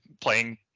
playing